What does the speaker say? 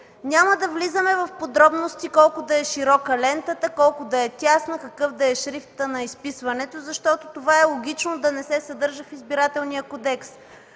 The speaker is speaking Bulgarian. Няма да влизаме в подробности колко да е широка лентата, колко да е тясна, какъв да е шрифтът на изписването, защото е логично това да не се съдържа в Избирателния кодекс.